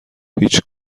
هیچ